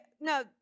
no